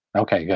ok, good.